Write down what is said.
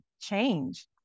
change